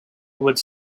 with